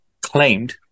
claimed